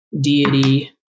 Deity